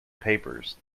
papers